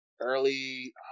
early